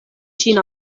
ŝin